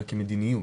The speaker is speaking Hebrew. אלא כמדיניות.